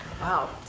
Wow